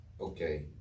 okay